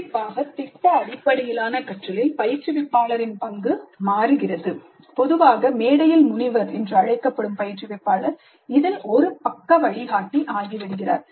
கண்டிப்பாக திட்ட அடிப்படையிலான கற்றலில் பயிற்றுவிப்பாளரின் பங்கு மாறுகிறது பொதுவாக 'மேடையில் முனிவர்' என்று அழைக்கப்படும் பயிற்றுவிப்பாளர் இதில் ஒரு 'பக்க வழிகாட்டி' ஆகிவிடுகிறார்